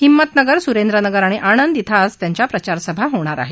हिम्मतनगर सुरेंद्रनगर आणि आणंद इथं आज त्यांच्या प्रचारसभा होणार आहेत